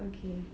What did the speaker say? okay